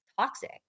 toxic